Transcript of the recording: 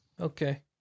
okay